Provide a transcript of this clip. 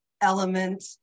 element